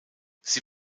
sie